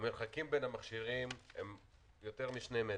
המרחקים בין המכשירים הם יותר משני מטר,